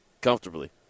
comfortably